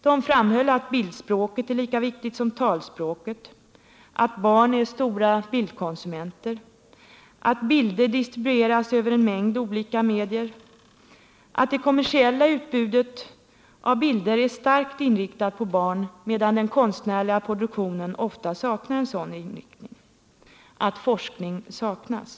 Man framhöll att bildspråket är lika viktigt som talspråket, att barn är stora bildkonsumenter, att bilder distribueras över en mängd olika medier, att det kommersiella utbudet av bilder är starkt inriktat på barn, medan den konstnärliga produktionen ofta saknar en sådan inriktning, samt att forskning saknas.